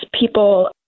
people